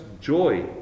joy